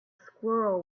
squirrel